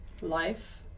life